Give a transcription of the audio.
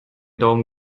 daumen